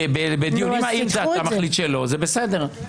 אם אתה מחליט שלא, זה בסדר.